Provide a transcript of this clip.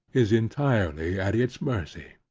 is entirely at its mercy.